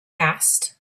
asked